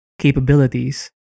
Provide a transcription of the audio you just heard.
capabilities